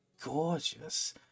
gorgeous